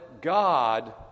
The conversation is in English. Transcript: God